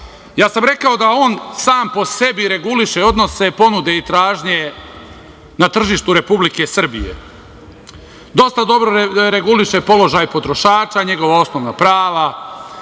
rekao sam da on sam po sebi reguliše odnose ponude i tražnje na tržištu Republike Srbije. Dosta dobro reguliše položaj potrošača, njegova osnovna prava,